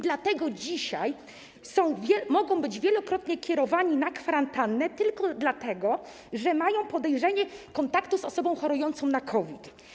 Dlatego dzisiaj mogą być wielokrotnie kierowani na kwarantannę tylko dlatego, że mają podejrzenie kontaktu z osobą chorująca na COVID.